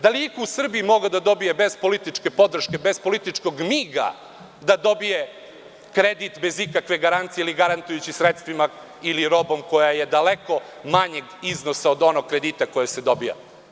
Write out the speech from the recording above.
Da li je iko u Srbiji mogao da dobije bez političke podrške, bez političkog miga, da dobije kredit bez ikakve garancije ili garantujući sredstvima ili robom koja je daleko manjeg iznosa od onog kredita koji se dobija?